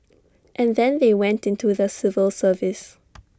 and then they went into the civil service